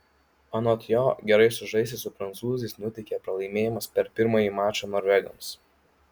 anot jo gerai sužaisti su prancūzais nuteikė pralaimėjimas per pirmąjį mačą norvegams